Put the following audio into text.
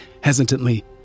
hesitantly